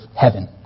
heaven